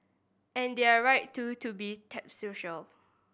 and they're right too to be sceptical